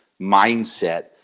mindset